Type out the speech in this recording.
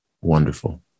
Wonderful